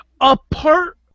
apart